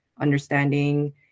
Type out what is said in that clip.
understanding